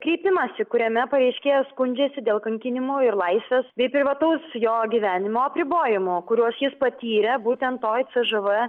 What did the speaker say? kreipimąsi kuriame pareiškėjas skundžiasi dėl kankinimo ir laisvės bei privataus jo gyvenimo apribojimų kuriuos jis patyrė būtent toj cžv